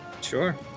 Sure